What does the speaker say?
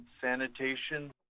sanitation